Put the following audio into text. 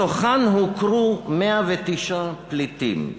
מהן הוכרו 109 פליטים,